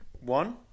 One